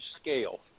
scale